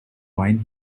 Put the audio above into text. wine